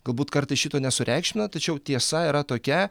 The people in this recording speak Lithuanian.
galbūt kartais šito nesureikšmina tačiau tiesa yra tokia